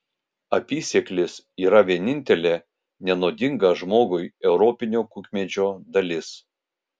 apysėklis yra vienintelė nenuodinga žmogui europinio kukmedžio dalis